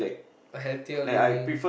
a healthier living